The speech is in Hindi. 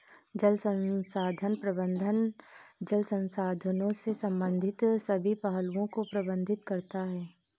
जल संसाधन प्रबंधन जल संसाधनों से संबंधित सभी पहलुओं को प्रबंधित करता है